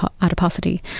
adiposity